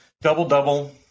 Double-double